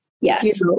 Yes